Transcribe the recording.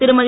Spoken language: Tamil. திருமதி